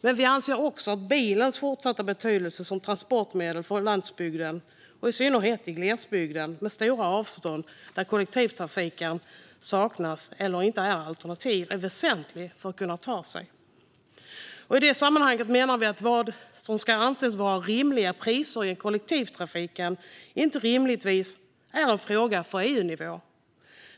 Vi vill för vår del framhålla bilens fortsatta betydelse som transportmedel för landsbygden, i synnerhet i glesbygder med stora avstånd där kollektivtrafiken saknas eller inte är ett alternativ. Bilen är väsentlig för att kunna ta sig dit man ska. I det sammanhanget menar vi att vad som ska anses vara rimliga priser i kollektivtrafiken inte rimligtvis är en fråga för EU-nivån.